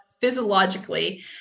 physiologically